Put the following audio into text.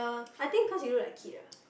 I think cause you look like kid ah